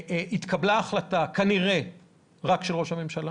התקבלה החלטה, כנראה רק של ראש הממשלה